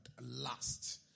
last